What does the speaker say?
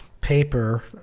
paper